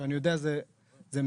ואני יודע שזה מכרז,